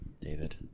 david